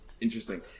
Interesting